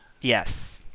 Yes